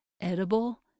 edible